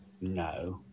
no